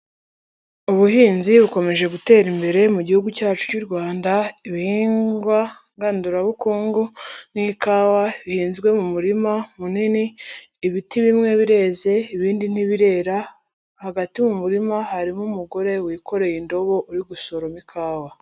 Ubuhinzi bukomeje gutera imbere mu Gihugu cyacu cy'u Rwanda. Ibihingwa ngandurabukungu nk'ikawa bihinzwe mu murima munini ibiti bimwe birenze ibindi ntibirera, hagati mu murima harimo umugore wikoreye indobo uri gusoroma ikawa.